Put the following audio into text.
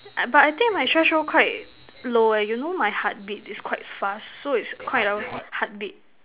uh but I think my threshold quite low eh you know my heartbeat is quite fast so it's quite of heartbeat